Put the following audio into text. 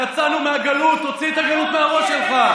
יצאנו מהגלות,